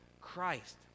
Christ